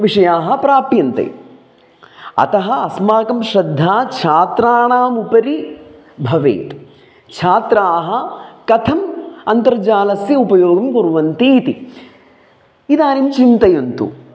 विषयाः प्राप्यन्ते अतः अस्माकं श्रद्धा छात्राणाम् उपरि भवेत् छात्राः कथम् अन्तर्जालस्य उपयोगं कुर्वन्ति इति इदानीं चिन्तयन्तु